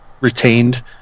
retained